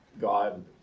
God